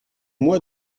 moy